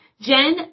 Jen